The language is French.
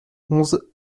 onze